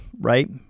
right